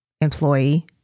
employee